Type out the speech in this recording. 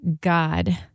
God—